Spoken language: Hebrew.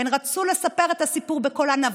הן רצו לספר את הסיפור בקולן,